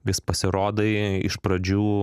vis pasirodai iš pradžių